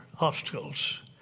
obstacles